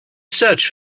search